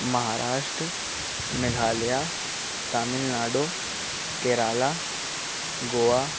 Maharashtra Meghalaya Tamil Nadu Kerala Goa